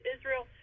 Israel